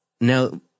now